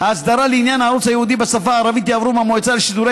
האסדרה לעניין הערוץ הייעודי בשפה הערבית יעברו מהמועצה לשידורי